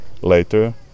later